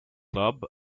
club